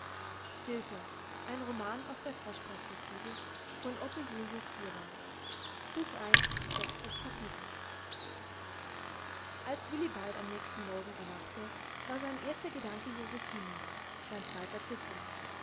als willibald am nächsten morgen erwachte war sein erster gedanke josephine sein zweiter fliczek